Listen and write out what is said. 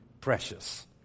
precious